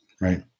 Right